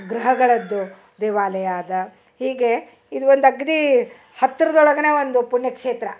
ಗ್ರಹಗಳದ್ದು ದೇವಾಲಯ ಅದ ಹೀಗೆ ಇದು ಒಂದು ಅಗ್ದಿ ಹತ್ರದೊಳಗನ ಒಂದು ಪುಣ್ಯಕ್ಷೇತ್ರ